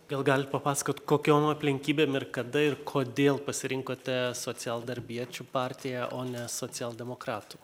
gal galit papasakot kokiom aplinkybėm ir kada ir kodėl pasirinkote socialdarbiečių partiją o ne socialdemokratų